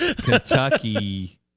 Kentucky